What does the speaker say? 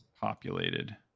populated